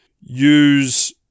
use